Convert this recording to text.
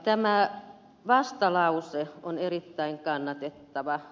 tämä vastalause on erittäin kannatettava